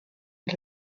und